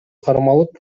кармалып